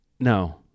No